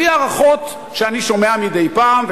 לפי הערכות שאני שומע מדי פעם,